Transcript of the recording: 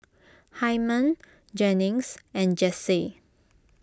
Hyman Jennings and Jessee